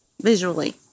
visually